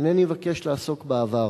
אינני מבקש לעסוק בעבר,